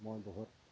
মই বহুত